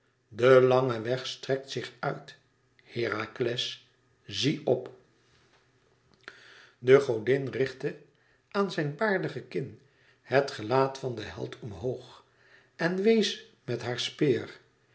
de lange weg strekt zich uit herakles zie p de godin richtte aan zijn baardigen kin het gelaat van den held omhoog en wees met haar speer